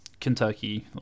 Kentucky